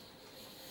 בכוח.